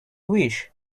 wish